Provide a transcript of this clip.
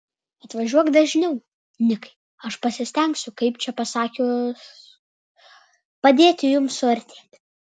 atvažiuok dažniau nikai aš pasistengsiu kaip čia pasakius padėti jums suartėti